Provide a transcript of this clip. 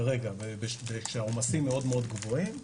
כרגע וכשהעומסים מאוד גבוהים,